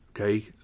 Okay